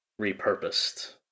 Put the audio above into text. repurposed